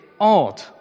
odd